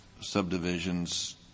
subdivisions